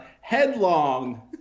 headlong